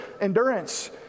Endurance